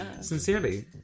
Sincerely